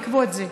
בעקבות זה.